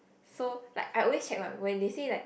so like I always check my when they say like